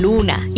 Luna